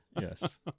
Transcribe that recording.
yes